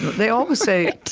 they always say,